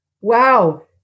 Wow